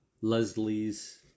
Leslie's